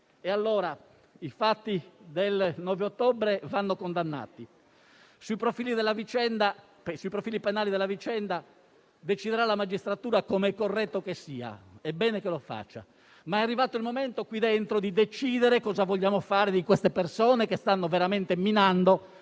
persone. I fatti del 9 ottobre vanno condannati. Sui profili penali della vicenda deciderà la magistratura come è corretto che sia, ma è arrivato il momento, qui dentro, di decidere cosa vogliamo fare di queste persone che stanno veramente minando